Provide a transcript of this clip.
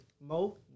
Mo